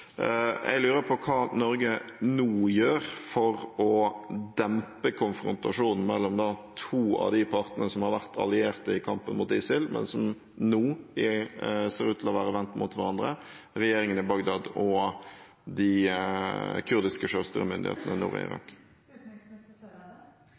jeg lurer på hva Norge nå gjør for å dempe konfrontasjonen mellom to av de partene som har vært allierte i kampen mot ISIL, men som nå ser ut til å være vendt mot hverandre; regjeringen i Bagdad og de kurdiske selvstyremyndighetene nå i